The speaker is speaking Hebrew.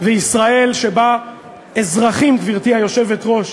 וישראל שבה אזרחים, גברתי היושבת-ראש,